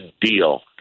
Deal